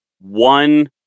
one